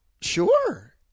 Sure